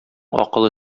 акылы